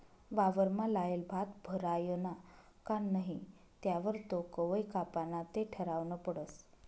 वावरमा लायेल भात भरायना का नही त्यावर तो कवय कापाना ते ठरावनं पडस